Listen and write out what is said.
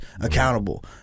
accountable